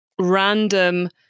random